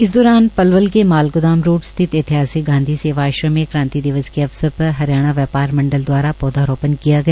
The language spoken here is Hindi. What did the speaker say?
इस दौरान पलवल के माल गोदाम रोड स्थित ऐतिहासिक गांधी सेवा आश्रम में क्रांति दिवस के अवसर पर हरियाणा व्यापार मंडल दवारा पौधारोपण किया गया